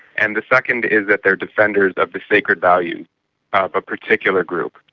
and the second is that they're defenders of the sacred values of a particular group.